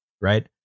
right